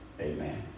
Amen